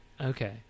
Okay